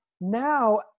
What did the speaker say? Now